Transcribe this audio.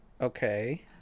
okay